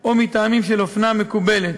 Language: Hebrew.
או מטעמים של אופנה מקובלת,